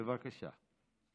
בבקשה.